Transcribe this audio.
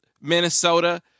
Minnesota